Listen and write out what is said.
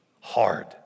Hard